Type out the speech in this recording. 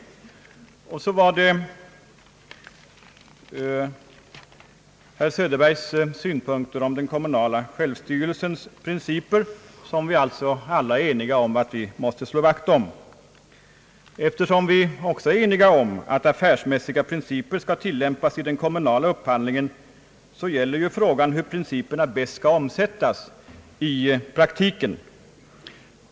Herr Söderberg talade om den kommunala självstyrelsens principer, som vi väl alla är eniga om att vi måste slå vakt om. När vi också är eniga om att affärsmässiga principer bör tillämpas i den kommunala upphandlingen, gäller ju frågan hur principerna bäst skall omsättas i praktiken.